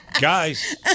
Guys